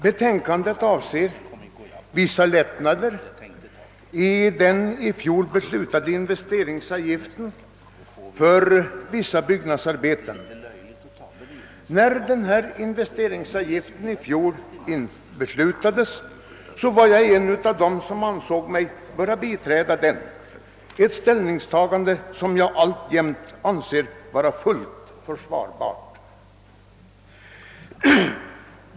Betänkandet avser vissa lättnader i den i fjol beslutade investeringsavgiften för vissa byggnadsarbeten. När denna investeringsavgift i fjol beslutades, var jag en av dem som ansåg mig böra biträda beslutet, ett ställningstagande som jag alltjämt anser vara fullt försvarbart.